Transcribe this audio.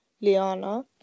Liana